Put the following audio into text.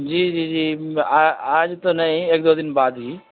جی جی جی آ آج تو نہیں ایک دو دن بعد ہی